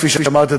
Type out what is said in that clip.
כפי שאמרתי,